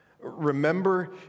Remember